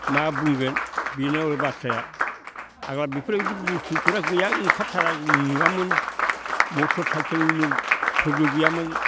मा बुंगोन बिनो हले बाथ्राया आग्ला बिफोरबायदि बुस्थुफोरा गैया ओंखारथारा नुवामोन मथर साइखेल फोरबो गैयामोन